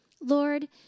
Lord